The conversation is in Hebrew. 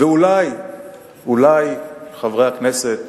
ואולי, אולי, חברי הכנסת,